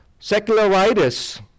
Secularitis